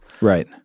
Right